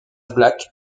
black